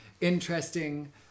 interesting